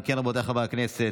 אם כן, רבותיי חברי הכנסת,